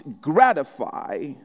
gratify